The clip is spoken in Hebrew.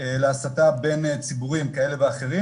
להסתה בין ציבורים כאלה ואחרים,